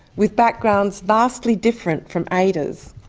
with backgrounds vastly different from ada's.